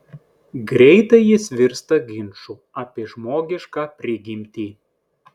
greitai jis virsta ginču apie žmogišką prigimtį